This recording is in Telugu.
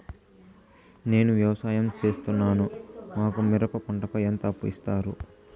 నేను వ్యవసాయం సేస్తున్నాను, మాకు మిరప పంటపై ఎంత అప్పు ఇస్తారు